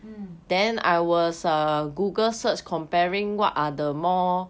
mm